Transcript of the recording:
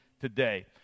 today